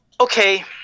okay